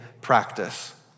practice